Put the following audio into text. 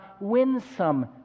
winsome